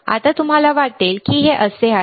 आता तुम्हाला वाटेल की हे असे आहे